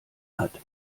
hat